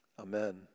Amen